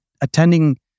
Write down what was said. attending